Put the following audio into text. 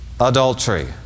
Adultery